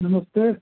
नमस्ते